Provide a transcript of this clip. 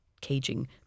caging